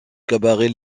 cabaret